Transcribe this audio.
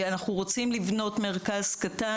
אנחנו רוצים לבנות מרכז קטן